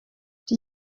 die